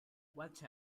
watch